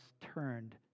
turned